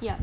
yup